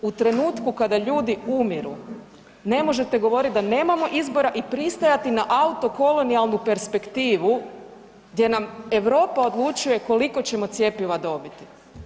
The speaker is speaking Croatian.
U trenutku kada ljudi umiru ne možete govorit da nemamo izbora i pristajati na auto kolonijalnu perspektivu gdje nam Europa odlučuje koliko ćemo cjepiva dobiti.